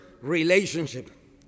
relationship